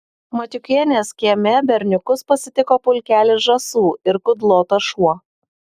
matiukienės kieme berniukus pasitiko pulkelis žąsų ir kudlotas šuo